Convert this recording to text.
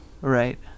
Right